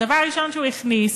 הדבר הראשון שהוא הכניס